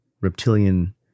reptilian